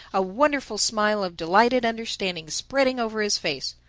a wonderful smile of delighted understanding spreading over his face.